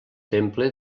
temple